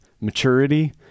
maturity